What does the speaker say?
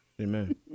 Amen